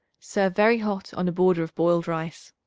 serve very hot on a border of boiled rice.